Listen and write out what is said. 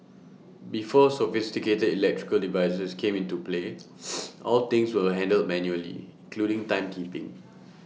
before sophisticated electrical devices came into play all things were handled manually including timekeeping